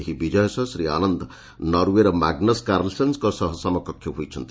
ଏହି ବିଜୟ ସହ ଶ୍ରୀ ଆନନ୍ଦ ନରଓ୍ବେର ମାଗନସ୍ କାର୍ଲସେନ୍ଙ୍କ ସମକକ୍ଷ ହୋଇଚନ୍ତି